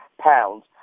pounds